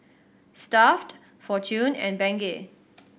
Stuff'd Fortune and Bengay